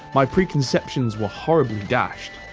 my preconceptions were horribly dashed.